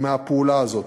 מהפעולה הזאת.